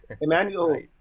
Emmanuel